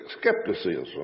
skepticism